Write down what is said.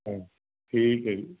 ਹਾਂਜੀ ਠੀਕ ਹੈ ਜੀ